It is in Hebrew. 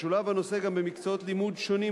משולב הנושא גם במקצועות לימוד שונים,